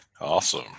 Awesome